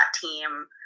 team